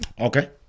Okay